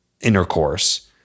intercourse